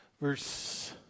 verse